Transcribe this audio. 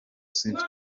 swift